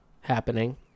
happening